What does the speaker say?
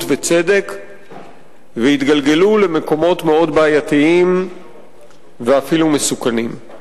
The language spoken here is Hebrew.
וצדק והתגלגלו למקומות מאוד בעייתיים ואפילו מסוכנים.